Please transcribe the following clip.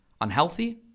Unhealthy